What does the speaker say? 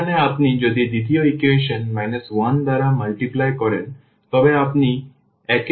এখানে আপনি যদি দ্বিতীয় ইকুয়েশন 1 দ্বারা গুণ করেন তবে আপনি একই ইকুয়েশন পাবেন